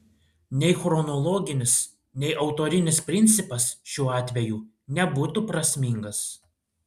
nei chronologinis nei autorinis principas šiuo atveju nebūtų prasmingas